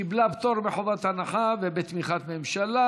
קיבלה פטור מחובת הנחה ובתמיכת ממשלה.